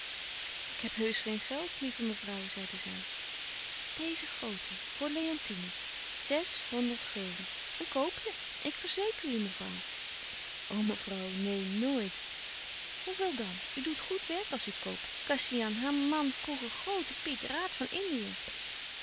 ik heb heusch geen geld lieve mevrouw zeide zij deze groote voor leontine zes honderd gulden een koopje ik verzeker u mevrouw o mevrouw neen nooit hoeveel dan u doet goed werk als u koop kassian haar man vroeger groote piet raad van indië